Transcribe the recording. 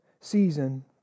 season